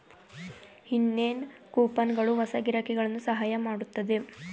ಇನ್ನೇನ್ ಕೂಪನ್ಗಳು ಹೊಸ ಗಿರಾಕಿಗಳನ್ನು ಸಹಾಯ ಮಾಡುತ್ತದೆ